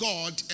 God